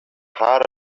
харӑк